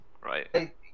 right